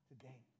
today